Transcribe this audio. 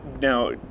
now